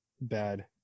bad